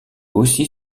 aussi